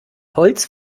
holz